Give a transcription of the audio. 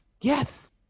yes